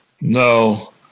No